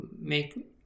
make